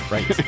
Right